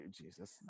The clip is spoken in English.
Jesus